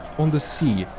on the sea,